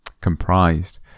comprised